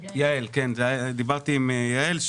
דיברתי עם יעל,